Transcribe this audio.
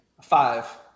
Five